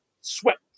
swept